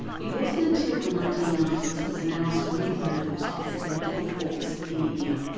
it wasn't until the nineteen ninety s that the maoists re-emerged as a political force in india.